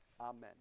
Amen